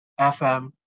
FM